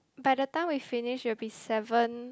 by the finish we finish it will be seven